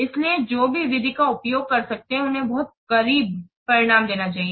इसलिए जो भी विधि का उपयोग कर सकते हैं उन्हें बहुत करीब परिणाम देना चाहिए